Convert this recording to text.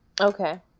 Okay